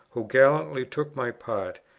who gallantly took my part,